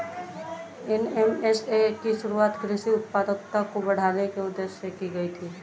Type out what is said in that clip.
NMSA की शुरुआत कृषि उत्पादकता को बढ़ाने के उदेश्य से की गई थी